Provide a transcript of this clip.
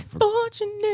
Fortunate